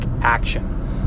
action